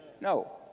No